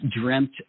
dreamt